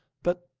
but,